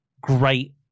great